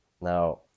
Now